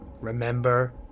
remember